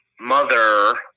mother